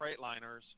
Freightliners